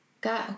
go